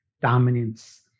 dominance